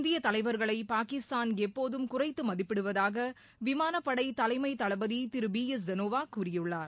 இந்திய தலைவர்களை பாகிஸ்தான் எப்போதும் குறைத்து மதிப்பிடுவதாக விமானப்படை தலைமை தளபதி திரு பி எஸ் தனோவா கூறியுள்ளார்